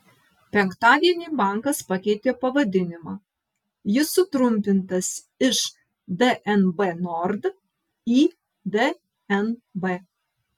penktadienį bankas pakeitė pavadinimą jis sutrumpintas iš dnb nord į dnb